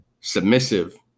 submissive